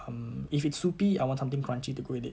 um if it's soupy I want something crunchy to go with it